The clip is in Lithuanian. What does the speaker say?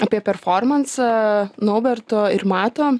apie performansą nauberto ir mato